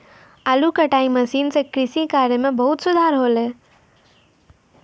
आलू कटाई मसीन सें कृषि कार्य म बहुत सुधार हौले